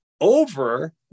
over